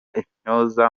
intyoza